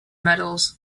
medals